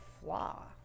flaw